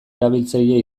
erabiltzaile